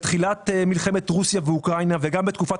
בתחילת מלחמת רוסיה-אוקראינה ובתקופת